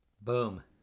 boom